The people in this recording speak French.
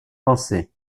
pensé